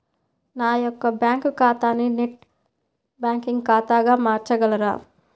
నా యొక్క బ్యాంకు ఖాతాని నెట్ బ్యాంకింగ్ ఖాతాగా మార్చగలరా?